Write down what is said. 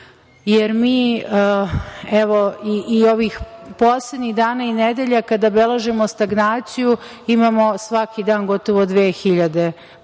jer mi, evo, i ovih poslednjih dana i nedelja, kada beležimo stagnaciju, imamo svaki dan gotovo 2.000